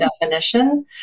definition